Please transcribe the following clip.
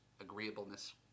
agreeableness